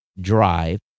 Drive